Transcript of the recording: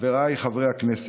חבריי חבר הכנסת,